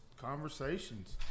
conversations